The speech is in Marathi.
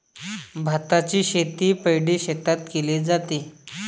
भाताची शेती पैडी शेतात केले जाते